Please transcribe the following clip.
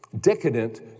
decadent